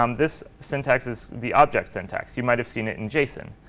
um this syntax is the object syntax. you might have seen it in json.